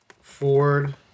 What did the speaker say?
Ford